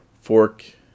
fork